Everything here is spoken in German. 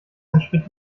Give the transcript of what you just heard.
entspricht